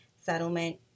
settlement